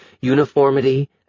uniformity